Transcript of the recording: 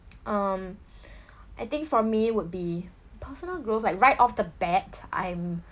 um I think for me would be personal growth like right off the bat I'm